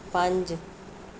ਪੰਜ